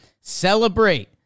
celebrate